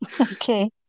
okay